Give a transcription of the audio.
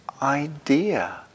idea